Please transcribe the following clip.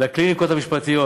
לקליניקות המשפטיות